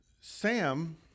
Sam